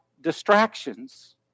distractions